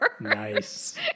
Nice